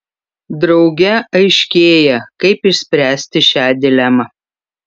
drauge aiškėja kaip išspręsti šią dilemą